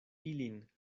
ilin